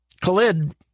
Khalid